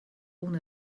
ohne